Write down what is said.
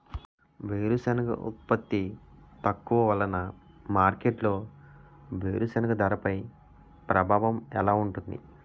వేరుసెనగ ఉత్పత్తి తక్కువ వలన మార్కెట్లో వేరుసెనగ ధరపై ప్రభావం ఎలా ఉంటుంది?